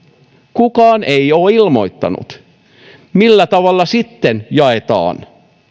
kukaan ei ole ilmoittanut millä tavalla sitten jaetaan